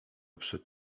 przed